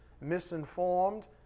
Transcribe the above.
misinformed